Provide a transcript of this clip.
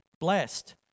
blessed